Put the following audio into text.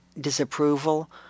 disapproval